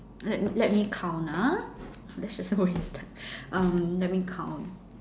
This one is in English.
let me let me count ah let's just um let me count